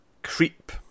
creep